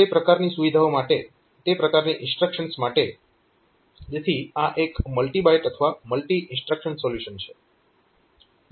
તે પ્રકારની સુવિધાઓ માટે તે પ્રકારની ઇન્સ્ટ્રક્શન્સ માટે તેથી આ એક મલ્ટી બાઈટ અથવા મલ્ટી ઈન્સ્ટ્રક્શન સોલ્યુશન છે